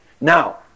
Now